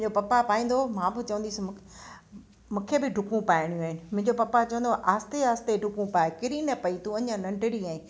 मुंहिंजो पपा पाईंदो हुओ मां बि चवंदी हुअसि मुक मूंखे बि डुकूं पाइणियूं आहिनि मुंहिंजो पपा चवंदो हुओ आहिस्ते आहिस्ते डुकूं पाए किरी न पए तूं अञा नंढिणी आहे